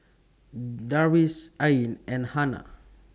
Darwish Ain and Hana